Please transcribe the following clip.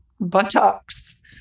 Buttocks